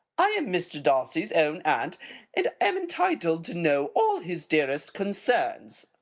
i am mr. darcy's own aunt, and am entitled to know all his dearest concerns.